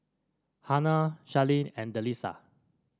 Hernan Sharleen and Delisa